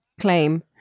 claim